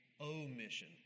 omission